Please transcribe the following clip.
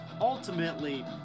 ultimately